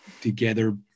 together